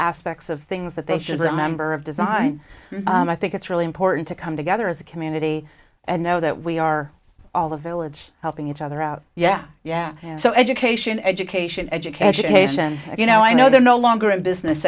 aspects of things that they should as a member of design i think it's really important to come together as a community and know that we are all the village helping each other out yeah yeah so education education education you know i know they're no longer in business